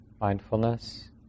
mindfulness